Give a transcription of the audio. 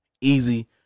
easy